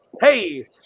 Hey